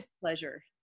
Pleasure